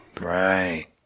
Right